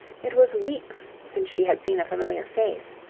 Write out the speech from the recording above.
it was weeks since she had seen a familiar face.